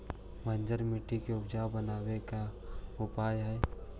बंजर मट्टी के उपजाऊ बनाबे के का उपाय है?